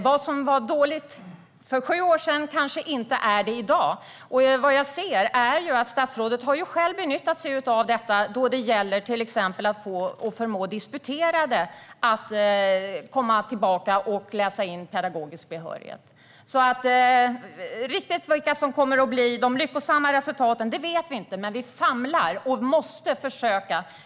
Vad som var dåligt för sju år sedan kanske inte är det i dag, och jag ser att statsrådet själv har begagnat sig av detta till exempel vad gäller att förmå disputerade att komma tillbaka och läsa in pedagogisk behörighet. Riktigt vilka resultat som kommer att bli lyckosamma vet vi inte, men vi famlar och måste försöka.